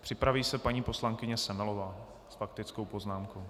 Připraví se paní poslankyně Semelová s faktickou poznámkou.